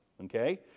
Okay